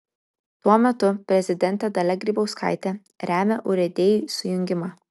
tuo metu prezidentė dalia grybauskaitė remia urėdijų sujungimą